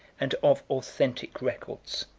and of authentic records.